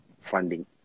funding